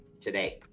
today